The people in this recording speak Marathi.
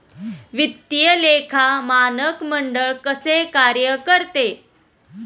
वित्तीय लेखा मानक मंडळ कसे कार्य करते?